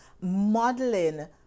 modeling